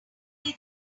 play